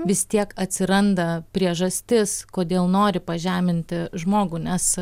vis tiek atsiranda priežastis kodėl nori pažeminti žmogų nes